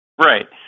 Right